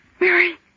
Mary